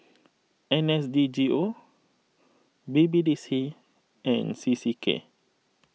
N S D G O B B D C and C C K